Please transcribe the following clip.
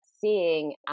seeing